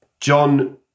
John